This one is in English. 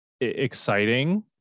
exciting